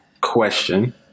question